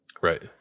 Right